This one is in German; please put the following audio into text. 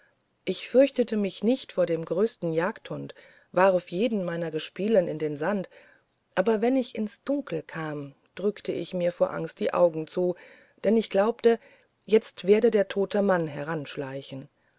ich fürchtete mich nicht vor dem größten jagdhund warf jeden meiner gespielen in den sand aber wenn ich ins dunkle kam drückte ich vor angst die augen zu denn ich glaubte jetzt werde der tote mann